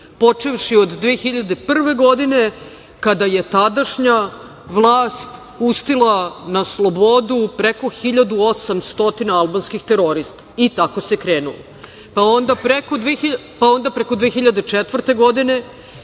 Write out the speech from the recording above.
počevši od 2001. godine, kada je tadašnja vlast pustila na slobodu preko 1800 albanskih terorista, i tako se krenulo, pa onda preko 2004. godine,